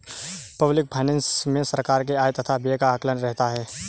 public finance मे सरकार के आय तथा व्यय का आकलन रहता है